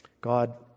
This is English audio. God